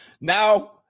Now